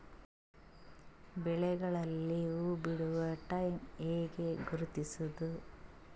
ಬೆಳೆಗಳಲ್ಲಿ ಹೂಬಿಡುವ ಟೈಮ್ ಹೆಂಗ ಗುರುತಿಸೋದ?